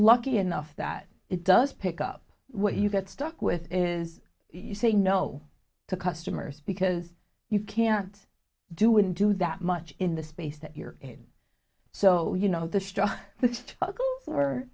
lucky enough that it does pick up what you get stuck with is you saying no to customers because you can't do wouldn't do that much in the space that you're in so you know the